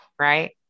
right